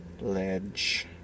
Ledge